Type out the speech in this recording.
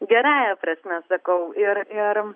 gerąja prasme sakau ir ir